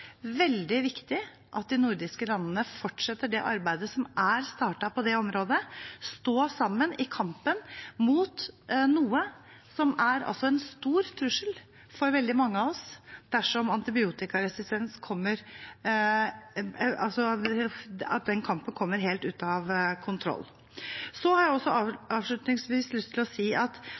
veldig viktig at de nordiske landene fortsetter arbeidet som er startet på det området, og står sammen i kampen mot antibiotikaresistens, som er en stor trussel for veldig mange av oss dersom den kommer helt ut av kontroll. Så har jeg også avslutningsvis lyst til å si at